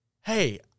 Hey